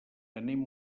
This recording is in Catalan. anem